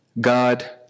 God